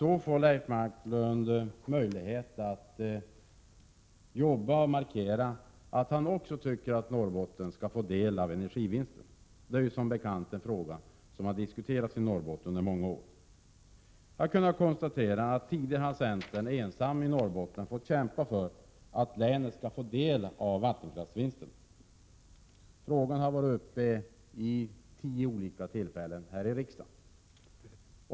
Då får Leif Marklund möjlighet att jobba för att Norrbotten också får del av vinsten på energisidan — en fråga som, som bekant, har diskuterats i Norrbotten under många år. Tidigare har vi centerpartister i Norrbotten varit ensamma om att kämpa för att länet skall få del av vattenkraftsvinsten. Frågan har varit uppe till behandling vid ett tiotal tillfällen här i riksdagen.